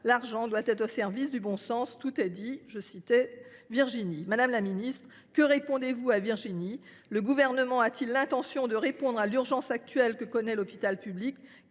L’argent doit être au service du bon sens !» Tout est dit ! Madame la ministre, que répondez vous à Virginie ? Le Gouvernement a t il l’intention de répondre à l’urgence actuelle que connaît l’hôpital public ?